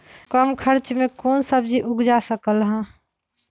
कम खर्च मे कौन सब्जी उग सकल ह?